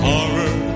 Horror